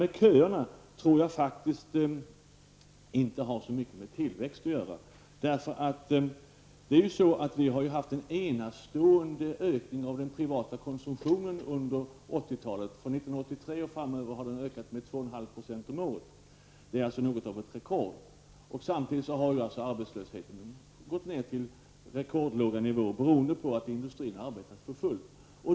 Jag tror inte köerna har så mycket med tillväxten att göra. Vi har ju haft en enastående ökning av den privata konsumtionen under 1980-talet. Från 1983 och framöver har den ökat med 2,5 % om året. Detta är något av ett rekord. Samtidigt har arbetslösheten gått ner till rekordlåga nivåer beroende på att industrin arbetar för fullt.